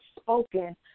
spoken